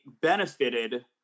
benefited